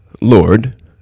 Lord